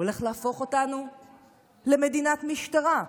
הוא הולך להפוך אותנו למדינת משטרה.